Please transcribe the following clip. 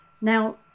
Now